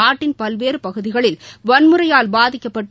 நாட்டின் பல்வேறுபகுதிகளில் வன்முறையால் பாதிக்கப்பட்டு